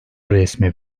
resmi